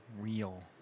real